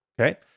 okay